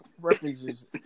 References